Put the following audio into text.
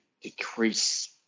decrease